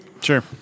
sure